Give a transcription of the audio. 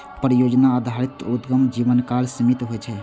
परियोजना आधारित उद्यमक जीवनकाल सीमित होइ छै